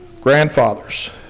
Grandfathers